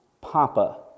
Papa